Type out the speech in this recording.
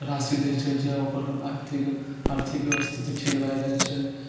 राशि दै छै जे ओकर आर्थिक आर्थिक स्थिति ठीक भए जाइत छै